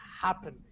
happen